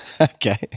Okay